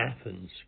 Athens